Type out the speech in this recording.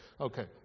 Okay